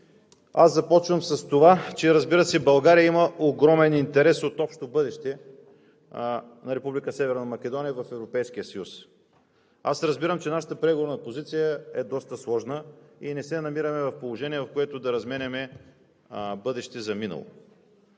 Аз започвам с това, че, разбира се, България има огромен интерес от общо бъдеще на Република Северна Македония в Европейския съюз. Аз разбирам, че нашата програмна позиция е доста сложна и не се намираме в положение, в което да разменяме бъдеще за минало.